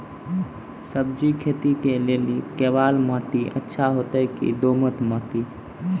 सब्जी खेती के लेली केवाल माटी अच्छा होते की दोमट माटी?